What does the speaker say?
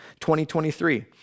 2023